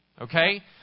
Okay